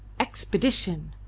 expedition!